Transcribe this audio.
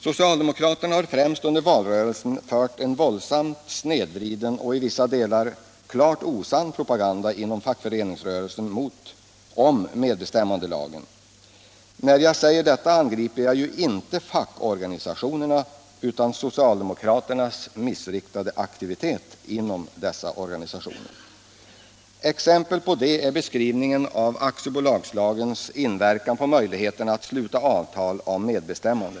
Socialdemokraterna har främst under valrörelsen fört en våldsamt Allmänpolitisk debatt debatt snedvriden och i vissa delar klart osann propaganda inom fackföreningsrörelsen om medbestämmandelagen. När jag säger detta angriper jag ju inte fackorganisationerna utan socialdemokraternas missriktade aktivitet inom dessa. Exempel på det är beskrivningen av aktiebolagslagens inverkan på möjligheten att sluta avtal om medbestämmande.